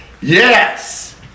yes